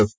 F